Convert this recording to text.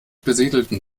besiedelten